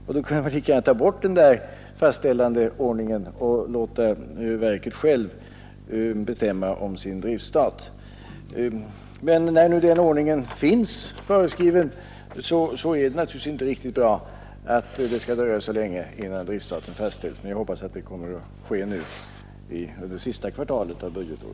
Då kan man lika gärna ta bort fastställandeordningen och låta verket självt bestämma om sin driftstat. Men när nu den ordningen finns föreskriven, så är det naturligtvis inte riktigt bra att det skall dröja så länge, innan staten fastställs. Men jag hoppas att det kommer att ske nu under budgetårets sista kvartal.